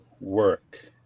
work